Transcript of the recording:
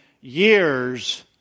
years